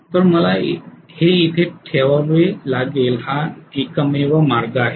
तर मला हे येथे ठेवावे लागेल हा एकमेव मार्ग आहे